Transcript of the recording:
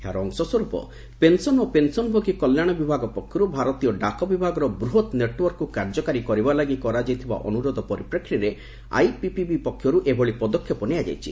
ଏହାର ଅଂଶସ୍ୱର୍ପ ପେନ୍ସନ୍ ଓ ପେନ୍ସନଭୋଗୀ କଲ୍ୟାଣ ବିଭାଗ ପକ୍ଷରୁ ଭାରତୀୟ ଡାକବିଭାଗର ବୃହତ୍ ନେଟ୍ୱାର୍କକୁ କାର୍ଯ୍ୟକାରୀ କରିବା ଲାଗି କରାଯାଇଥିବା ଅନୁରୋଧ ପରିପ୍ରେକ୍ଷୀରେ ଆଇପିପିବି ପକ୍ଷରୁ ଏଭଳି ପଦକ୍ଷେପ ନିଆଯାଇଛି